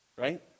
right